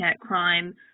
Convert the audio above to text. crime